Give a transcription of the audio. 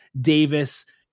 Davis